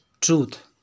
truth